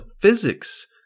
physics